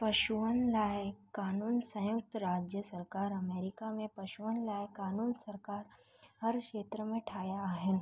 पशुअनि लाइ क़ानून संयुक्त राज्य सरकार अमेरिका में पशुअनि लाइ क़ानून सरकार हर क्षेत्र में ठाहिया आहिनि